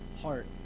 heart